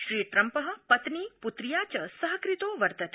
श्रीट्रम्प पत्नी पृत्या च सहक्रतो वर्तते